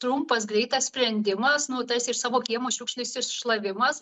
trumpas greitas sprendimas nu tarsi iš savo kiemo šiukšlės iššlavimas